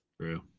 True